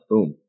Boom